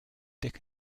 dick